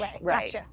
Right